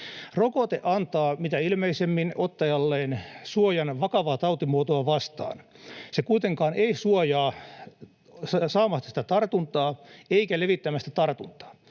Rokote antaa mitä ilmeisemmin ottajalleen suojan vakavaa tautimuotoa vastaan. Se ei kuitenkaan suojaa saamasta tartuntaa eikä levittämästä tartuntaa.